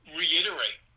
reiterate